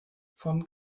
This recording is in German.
von